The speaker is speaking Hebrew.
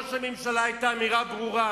לראש הממשלה היתה אמירה ברורה,